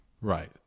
Right